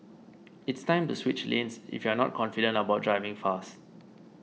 it's time to switch lanes if you're not confident about driving fast